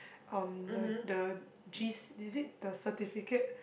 um the the gist is it the certificate